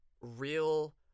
real